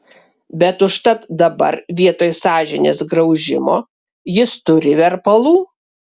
bet užtat dabar vietoj sąžinės graužimo jis turi verpalų